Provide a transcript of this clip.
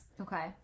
Okay